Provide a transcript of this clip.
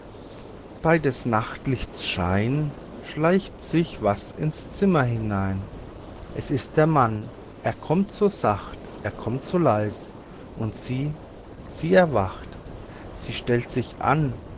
bei des nachtlichts schein schleicht sich was ins zimmer hinein es ist der mann er kommt so sacht er kommt so leis und sie sie erwacht sie stellt sich an